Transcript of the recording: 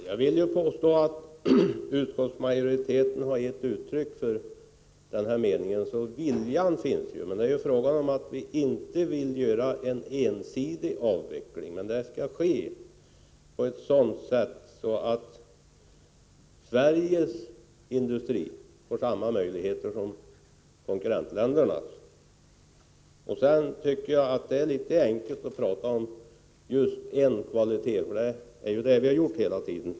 Herr talman! Jag vill påstå att utskottsmajoriteten har gett uttryck för denna mening, så viljan finns. Men vi vill inte göra en ensidig avveckling. Avvecklingen skall ske på ett sådant sätt att Sveriges industri får samma möjligheter som konkurrentländernas. Sedan tycker jag det är litet väl enkelt att prata om just en kvalitet — det är ju vad man har gjort hela tiden.